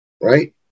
Right